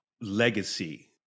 legacy